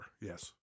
yes